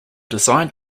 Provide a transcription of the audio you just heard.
designed